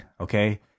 Okay